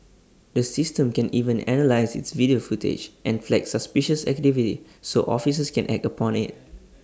the system can even analyse its video footage and flag suspicious activity so officers can act upon IT